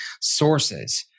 sources